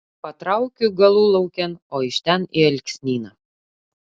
patraukiu galulaukėn o iš ten į alksnyną